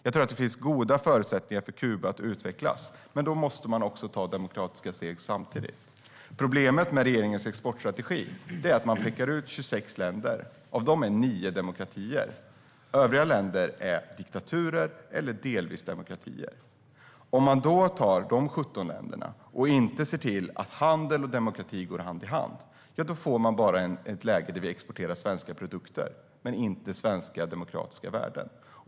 Det finns goda förutsättningar för Kuba att utvecklas, men då måste samtidigt demokratiska steg tas. Problemet med regeringens exportstrategi är att man pekar ut 26 länder. Av dem är nio demokratier. Övriga länder är diktaturer eller delvis demokratier. Om man inte ser till att handel och demokrati går hand i hand i de 17 länderna får man bara ett läge där svenska produkter exporteras men inte svenska demokratiska värden.